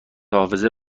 حافظه